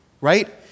right